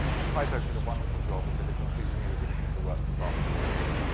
and heiberg did a wonderful job and did a completely new edition of the works of archimedes,